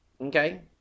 okay